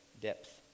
depth